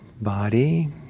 body